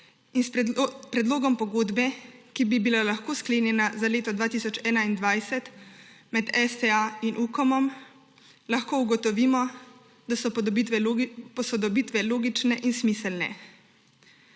in predlogom pogodbe, ki bi bila lahko sklenjena za leto 2021, med STA in Ukomom, lahko ugotovimo, da so posodobitve logične in smiselne.